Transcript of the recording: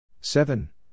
Seven